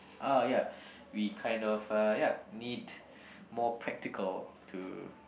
ah ya we kind of ah ya need more practical to